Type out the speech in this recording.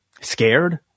scared